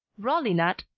rollinat,